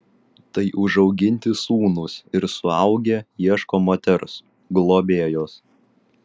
tai užauginti sūnūs ir suaugę ieško moters globėjos